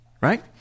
Right